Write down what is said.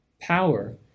Power